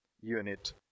unit